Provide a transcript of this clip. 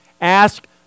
Ask